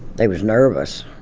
they was nervous,